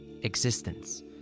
Existence